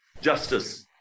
justice